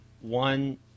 One